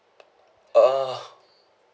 ah